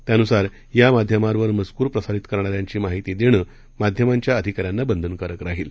त्या नुसार या माध्यमांवर मजकूर प्रसारित करणाऱ्यांची माहिती देणं माध्यमांच्या अधिकाऱ्यांना बंधनकारक राहील